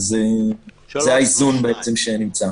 זה האיזון שנמצא.